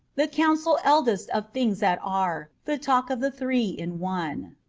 the council eldest of things that are, the talk of the three in one.